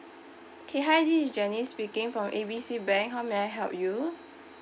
okay hi this is janice speaking from A B C bank how may I help you